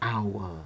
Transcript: Hour